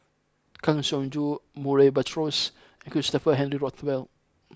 Kang Siong Joo Murray Buttrose Christopher Henry Rothwell